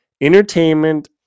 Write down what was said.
entertainment